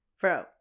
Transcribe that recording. Bro